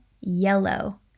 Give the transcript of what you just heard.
yellow